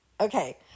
Okay